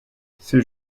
c’est